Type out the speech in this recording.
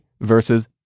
versus